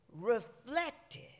reflected